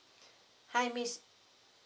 hi miss